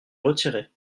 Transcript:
retiré